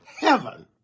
heaven